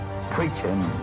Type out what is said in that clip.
preaching